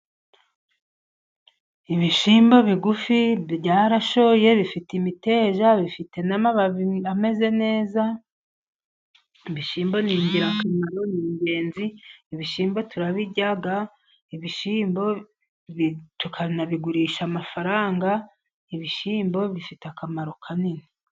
Ibishyimbo bigufi byarashoye bifite imiteja, bifite n'amababi ameze neza. Ibishyimbo ni ingenzi ibishyimbo turabirya, ibishyimbo tubigurisha amafaranga ibishyimbo bifite akamaro kanini.